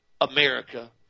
America